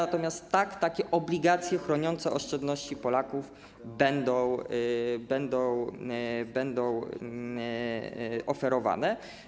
Natomiast tak, takie obligacje chroniące oszczędności Polaków będą oferowane.